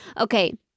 okay